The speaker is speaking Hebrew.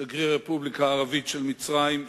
שגריר הרפובליקה הערבית של מצרים,